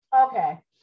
okay